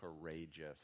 Courageous